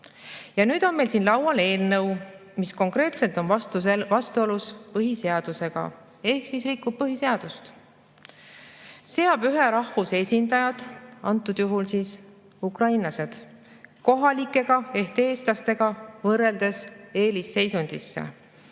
Ja nüüd on meil siin laual eelnõu, mis konkreetselt on vastuolus põhiseadusega ehk rikub põhiseadust, seades ühe rahvuse esindajad, antud juhul ukrainlased, kohalikega ehk eestlastega võrreldes eelisseisundisse.